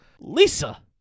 Lisa